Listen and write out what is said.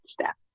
step